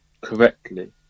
correctly